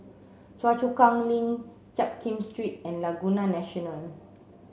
Choa Chu Kang Link Jiak Kim Street and Laguna National